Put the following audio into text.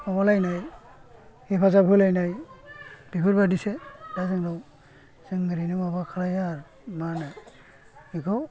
माबालायनाय हेफाजाब होलायनाय बेफोरबादिसो दा जोङो जों एरैनो माबा खालाया आरो मा होनो बिखौ